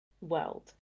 world